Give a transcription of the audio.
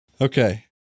Okay